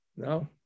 No